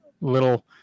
little